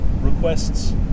requests